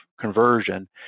conversion